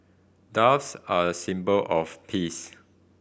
doves are a symbol of peace